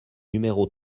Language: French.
numéro